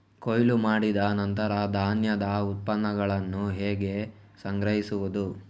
ಕೊಯ್ಲು ಮಾಡಿದ ನಂತರ ಧಾನ್ಯದ ಉತ್ಪನ್ನಗಳನ್ನು ಹೇಗೆ ಸಂಗ್ರಹಿಸುವುದು?